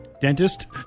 Dentist